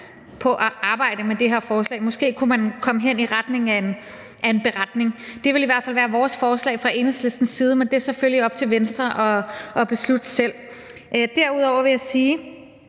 på at arbejde med det her forslag. Måske kunne man gå i retning af en beretning. Det vil i hvert fald være vores forslag fra Enhedslistens side, men det er selvfølgelig op til Venstre selv at beslutte. Derudover vil jeg sige,